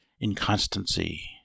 inconstancy